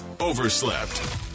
overslept